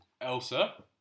Elsa